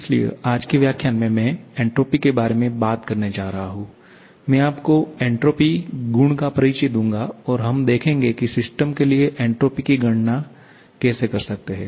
इसलिए आज के व्याख्यान में मैं एन्ट्रॉपी के बारे में बात करने जा रहा हूं में आप को एन्ट्रापी गुण का परिचय दूंगाऔर हम देखेंगे कि सिस्टम के लिए एन्ट्रॉपी की गणना कैसे कर सकते हैं